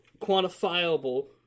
quantifiable